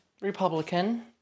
Republican